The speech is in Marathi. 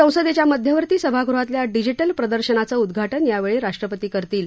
संसदेच्या मध्यवर्ती सभागृहातल्या डिजिटल प्रदर्शनाचं उद्घाटन यावेळी राष्ट्रपती करतील